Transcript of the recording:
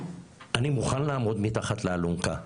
שאני מוכן לעמוד מתחת לאלונקה,